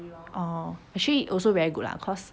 orh actually it also very good lah cause